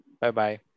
bye-bye